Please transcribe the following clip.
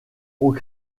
aux